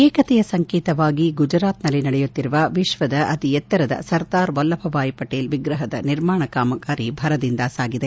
ಏಕತೆಯ ಸಂಕೇತವಾಗಿ ಗುಜರಾತ್ನಲ್ಲಿ ನಡೆಯುತ್ತಿರುವ ವಿಶ್ವದ ಅತಿ ಎತ್ತರದ ಸರ್ದಾರ್ ವಲ್ಲಭಭಾಯಿ ಪಟೇಲ್ ವಿಗ್ರಹದ ನಿರ್ಮಾಣ ಕಾಮಗಾರಿ ಭರದಿಂದ ಸಾಗಿದೆ